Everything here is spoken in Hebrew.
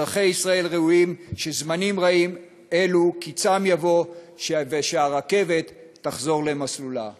אזרחי ישראל ראויים שזמנים רעים אלו קצם יבוא והרכבת תחזור למסלולה.